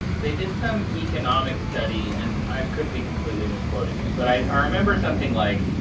they did some economic study, and i could be completely misquoting it. but i remember something like,